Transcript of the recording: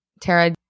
tara